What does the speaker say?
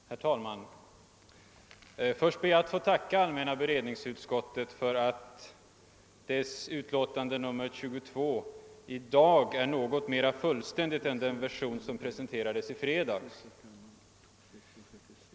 Herr talman! Först ber jag att få tacka allmänna beredningsutskottet för att dess utlåtande nr 22 i dag är nåsot mera fullständigt än den version som presenterades i fredags.